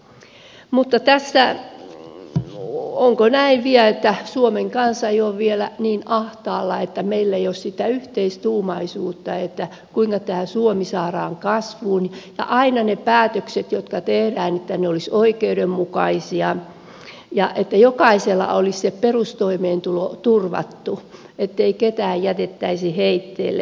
mutta onko näin että suomen kansa ei ole vielä niin ahtaalla että meillä olisi sitä yhteistuumaisuutta kuinka tämä suomi saadaan kasvuun ja että ne päätökset jotka tehdään olisivat aina oikeudenmukaisia ja että jokaisella olisi se perustoimeentulo turvattu ettei ketään jätettäisi heitteille